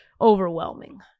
overwhelming